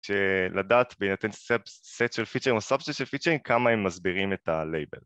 שלדעת בהינתן סט של פיצ'רים או סאבסט של פיצ'רים כמה הם מסבירים את הלייבל